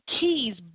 keys